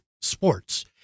sports